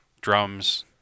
drums